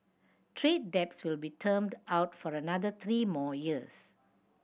trade debts will be termed out for another three more years